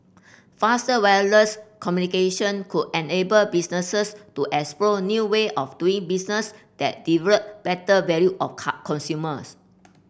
faster wireless communication could enable businesses to explore new way of doing business that deliver better value of car consumers